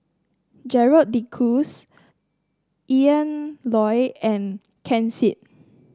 Gerald De Cruz Ian Loy and Ken Seet